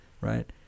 Right